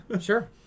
Sure